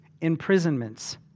imprisonments